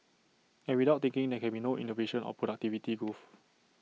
and without thinking there can be no innovation or productivity growth